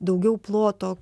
daugiau ploto